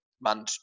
man